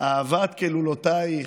אהבת כלולותיך,